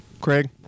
Craig